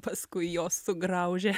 paskui jos sugraužė